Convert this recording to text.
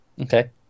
Okay